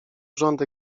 rząd